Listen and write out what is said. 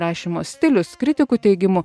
rašymo stilius kritikų teigimu